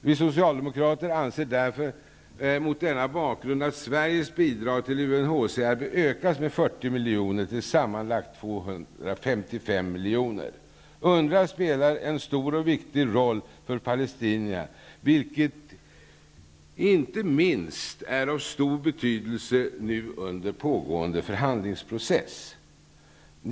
Vi socialdemokrater anser mot denna bakgrund att Sveriges bidrag till UNHCR UNRWA spelar en stor och viktig roll för palestinierna, vilket inte minst är av stor betydelse nu under pågående förhandlingsprocess.